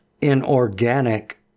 inorganic